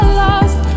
lost